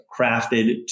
crafted